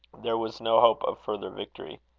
there was no hope of further victory.